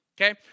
Okay